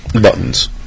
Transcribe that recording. Buttons